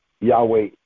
Yahweh